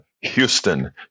Houston